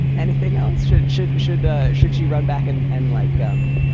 anything else should. it should should ah should she run back and and like gum?